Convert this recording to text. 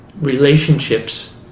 relationships